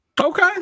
okay